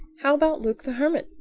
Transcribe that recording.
how about luke the hermit?